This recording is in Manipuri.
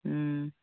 ꯎꯝ